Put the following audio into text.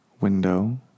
window